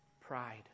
Pride